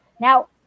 Now